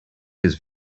his